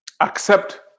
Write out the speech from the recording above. accept